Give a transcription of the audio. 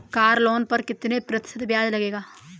Car loan पर कितने प्रतिशत ब्याज लगेगा?